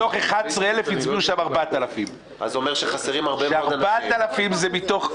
מתוך 11,000 הצביעו שם 4,000. הוא אומר ש-4,000 זה 120%